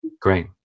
Great